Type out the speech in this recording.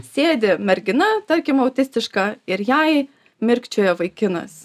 sėdi mergina tarkim autistiška ir jai mirkčioja vaikinas